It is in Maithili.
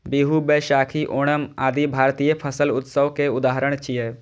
बीहू, बैशाखी, ओणम आदि भारतीय फसल उत्सव के उदाहरण छियै